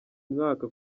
mwaka